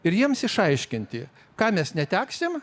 ir jiems išaiškinti ką mes neteksim